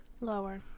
Lower